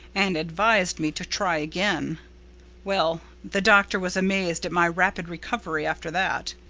and advised me to try again well, the doctor was amazed at my rapid recovery after that.